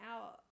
out